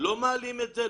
לא מעלים את זה,